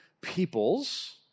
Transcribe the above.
peoples